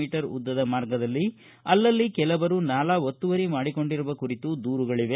ಮಿ ಉದ್ದದ ಮಾರ್ಗದಲ್ಲಿ ಅಲ್ಲಲ್ಲಿ ಕೆಲವರು ನಾಲಾ ಒತ್ತುವರಿ ಮಾಡಿಕೊಂಡಿರುವ ಕುರಿತು ದೂರುಗಳವೆ